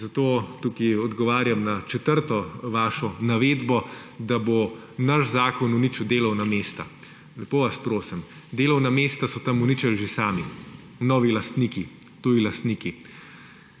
Zato tukaj odgovarjam na četrto vašo navedbo, da bo naš zakon uničil delovna mesta. Lepo vas prosim! Delovna mesta so tam uničili že sami – novi lastniki, tuji lastniki.